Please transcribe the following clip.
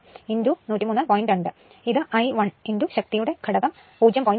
ഇത് എന്ന് ഉള്ളത് I 1 ശക്തിയുടെ ഘടകം 0